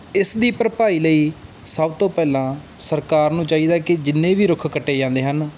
ਇਸ ਦੀ ਭਰਭਾਈ ਲਈ ਸਭ ਤੋਂ ਪਹਿਲਾਂ ਸਰਕਾਰ ਨੂੰ ਚਾਹੀਦਾ ਕਿ ਜਿੰਨੇ ਵੀ ਰੁੱਖ ਕੱਟੇ ਜਾਂਦੇ ਹਨ